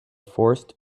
forced